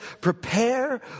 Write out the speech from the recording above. prepare